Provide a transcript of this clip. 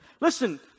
Listen